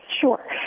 sure